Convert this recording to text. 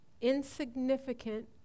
insignificant